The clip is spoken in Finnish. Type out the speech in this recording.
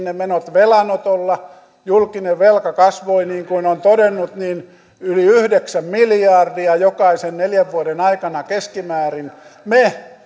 ne menot katettiin velanotolla julkinen velka kasvoi niin kuin olen todennut yli yhdeksän miljardia jokaisen neljän vuoden aikana keskimäärin me